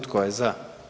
Tko je za?